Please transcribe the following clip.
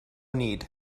need